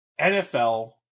NFL